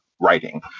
writing